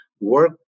work